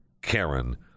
Karen